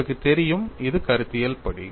உங்களுக்கு தெரியும் இது கருத்தியல் படி